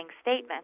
statement